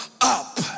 up